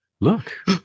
look